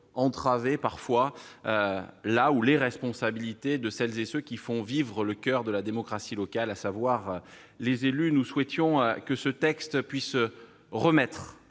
entravé la ou les responsabilités de celles et de ceux qui font vivre le coeur de la démocratie locale, à savoir les élus. Nous souhaitions en effet que le texte puisse remettre